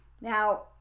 now